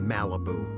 Malibu